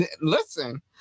listen